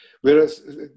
Whereas